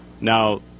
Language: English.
Now